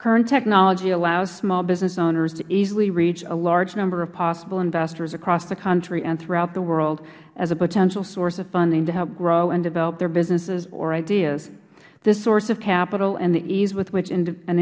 current technology allows small businesses owners to easily reach a large number of possible investors across the country and throughout the world as a potential source of funding to help grow and develop their businesses or ideas this source of capital and the ease with which an